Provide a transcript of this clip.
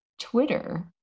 Twitter